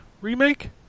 Remake